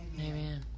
Amen